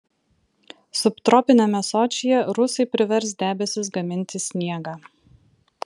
subtropiniame sočyje rusai privers debesis gaminti sniegą